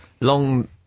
Long